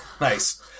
Nice